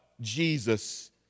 Jesus